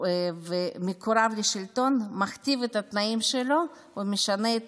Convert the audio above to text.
ומקורב לשלטון מכתיב את התנאים שלו ומשנה את